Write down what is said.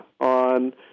on